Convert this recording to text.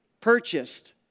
Purchased